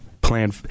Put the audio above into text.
plan